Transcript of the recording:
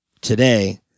today